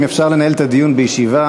אם אפשר לנהל את הדיון בישיבה